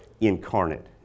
incarnate